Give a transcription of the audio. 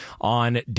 on